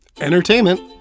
entertainment